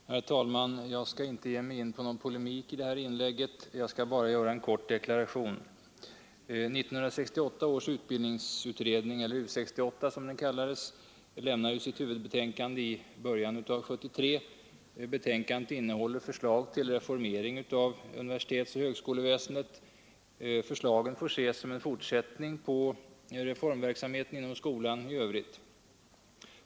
Herr talman! Jag skall inte ge mig in i någon polemik i det här inlägget — jag skall bara göra en kort deklaration. 1968 års utbildningsutredning, eller U 68 som den kallades, lämnade sitt huvudbetänkande i början av 1973. Betänkandet innehåller förslag till reformering av universitetsoch högskoleväsendet. Förslagen får ses som en fortsättning av reformverksamheten på skolans område.